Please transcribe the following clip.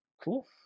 Cool